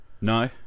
no